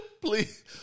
Please